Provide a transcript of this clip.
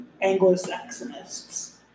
Anglo-Saxonists